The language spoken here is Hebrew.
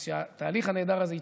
אז שהתהליך הנהדר הזה יתקדם.